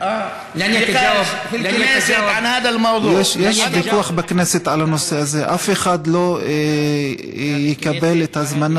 להלן תרגומם הסימולטני: יש ויכוח בכנסת על הנושא הזה.) (אומר דברים בשפה